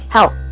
Help